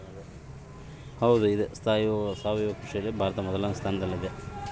ಸಾವಯವ ಕೃಷಿಯಲ್ಲಿ ಭಾರತ ಮೊದಲನೇ ಸ್ಥಾನದಲ್ಲಿ ಅದ